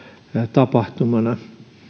tapahtumana